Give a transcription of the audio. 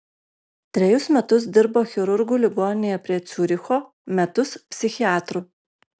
trejus metus dirbo chirurgu ligoninėje prie ciuricho metus psichiatru